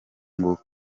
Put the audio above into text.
ngo